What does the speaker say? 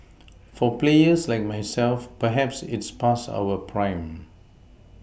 for players like myself perhaps it's past our prime